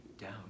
down